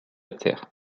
terre